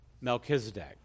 Melchizedek